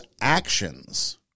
actions